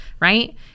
right